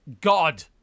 God